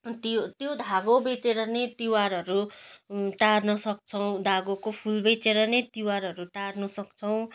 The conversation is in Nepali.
त्यो त्यो धागो बेचेर नै तिहारहरू टार्न सक्छौँ धागोको फुल बेचेर नै तिहारहरू टार्न सक्छौँ